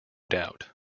doubt